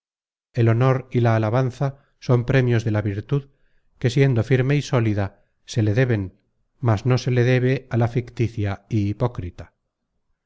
de alabanza mejorarse cada alabanza son premios de la virtud que siendo firme y sólida se le deben más no se le debe a la ficticia y hipócrita